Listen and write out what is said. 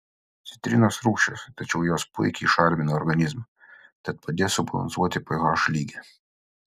citrinos rūgščios tačiau jos puikiai šarmina organizmą tad padės subalansuoti ph lygį